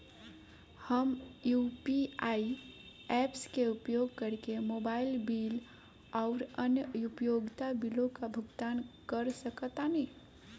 हम UPI apps के उपयोग करके मोबाइल बिल आउर अन्य उपयोगिता बिलों का भुगतान कर सकतानी